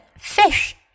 fish